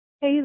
Hey